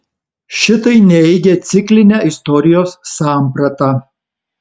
šitai neigia ciklinę istorijos sampratą